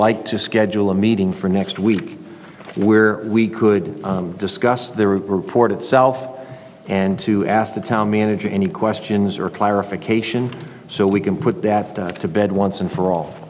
like to schedule a meeting for next week where we could discuss the report itself and to ask the town manager any questions or clarification so we can put that to bed once and for